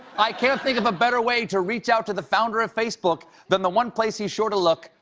i can't think of a better way to reach out to the founder of facebook than the one place he's sure to look.